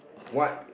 what